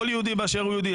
כל יהודי באשר הוא יהודי,